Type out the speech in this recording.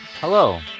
Hello